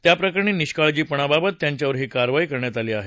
त्याप्रकरणी निष्काळजीपणाबाबत त्यांच्यावर ही कारवाई झाली आहे